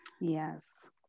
Yes